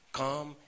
come